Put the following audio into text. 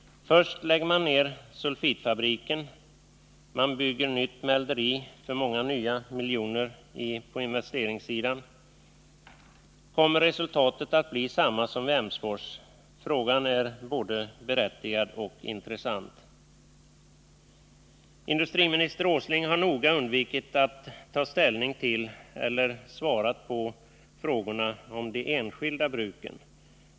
Först lägger man ner sulfitfabriken — man bygger nytt mälteri för många nya miljoner på investeringssidan. Kommer resultatet att bli detsamma som vid Emsfors? Frågan är både berättigad och Industriminister Åsling har noga undvikit att ta ställning till eller svara på frågorna om de enskilda bruken.